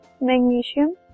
magnesium